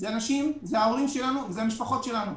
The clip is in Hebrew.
אלה ההורים שלנו והמשפחות שלנו.